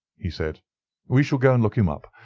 he said we shall go and look him up.